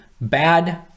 bad